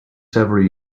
several